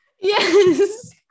Yes